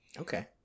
Okay